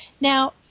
now